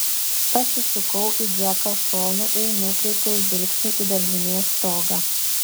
pasisukau į džeką šonu ir nukreipiau žvilgsnį į daržinės stogą